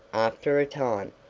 after a time.